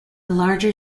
larger